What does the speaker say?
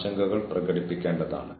നിങ്ങളൊരു ഭരണാധികാരിയാണ്